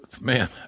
man